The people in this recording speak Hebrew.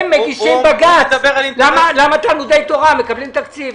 הם מגישים בג"ץ, למה תלמודי תורה מקבלים תקציב.